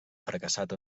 fracassat